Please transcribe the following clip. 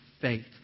faith